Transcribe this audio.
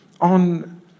on